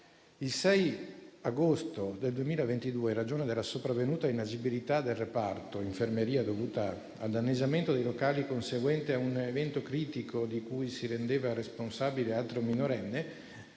Il 6 agosto 2022, in ragione della sopravvenuta inagibilità del reparto infermeria, dovuta al danneggiamento dei locali conseguente ad un evento critico di cui si rendeva responsabile un altro minorenne,